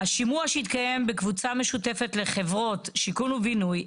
"השימוע שהתקיים בקבוצה משותפת לחברות שיכון ובינוי,